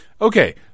Okay